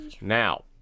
Now